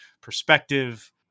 perspective